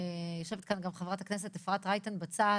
יושבת כאן גם חברת הכנסת אפרת רייטן בצד